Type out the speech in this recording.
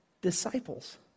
disciples